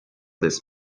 this